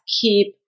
keep